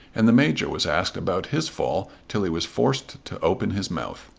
and the major was asked about his fall till he was forced to open his mouth.